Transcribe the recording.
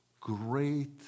great